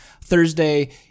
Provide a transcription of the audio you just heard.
Thursday